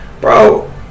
bro